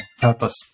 purpose